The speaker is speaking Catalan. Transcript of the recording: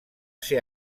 ser